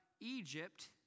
Egypt